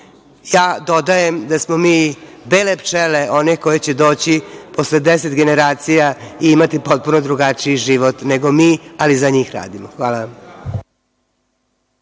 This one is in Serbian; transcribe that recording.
Ja dodajem da smo mi bele pčele one koje će doći posle deset generacija i imati potpuno drugačiji život nego mi, ali za njih radimo. Hvala.